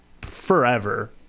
forever